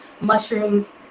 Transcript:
mushrooms